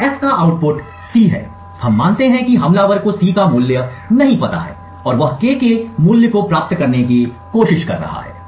तो F का output C है हम मानते हैं कि हमलावर को C का मूल्य नहीं पता है और वह K के मूल्य को प्राप्त करने की कोशिश कर रहा है